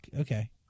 okay